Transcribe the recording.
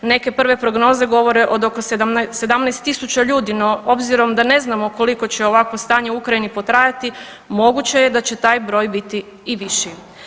Neke prve prognoze govore od oko 17 tisuća ljudi, no obzirom da ne znamo koliko će ovakvo stanje u Ukrajini potrajati, moguće je da će taj broj biti i viši.